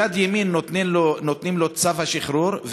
ביד ימין נותנים לו את צו השחרור,